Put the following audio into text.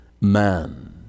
man